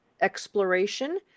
exploration